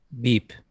Beep